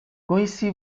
conheci